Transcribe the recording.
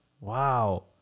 wow